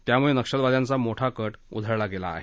त्यामूळे नक्षलवाद्यांचा मोठा कट उधळला गेला आहे